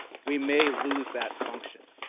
we may lose that function.